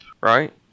right